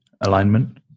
alignment